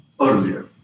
earlier